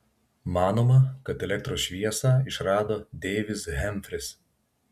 manoma kad elektros šviesą išrado deivis hemfris